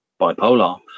bipolar